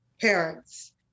parents